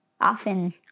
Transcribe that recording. often